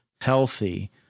healthy